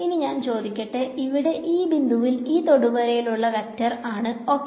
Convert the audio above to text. ഇനി ഞാൻ ചോദിക്കട്ടെ ഇവിവിടെ ഈ ബിന്ദുവിൽ ഈ തൊടുവരയിലുള്ള വെക്ടർ ഏതാണ്ഓക്കേ